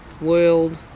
world